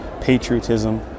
patriotism